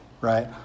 right